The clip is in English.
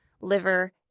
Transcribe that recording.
liver